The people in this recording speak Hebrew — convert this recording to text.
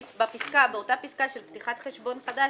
באותה פסקה של פתיחת חשבון חדש,